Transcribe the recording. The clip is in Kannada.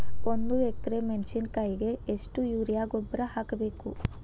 ಒಂದು ಎಕ್ರೆ ಮೆಣಸಿನಕಾಯಿಗೆ ಎಷ್ಟು ಯೂರಿಯಾ ಗೊಬ್ಬರ ಹಾಕ್ಬೇಕು?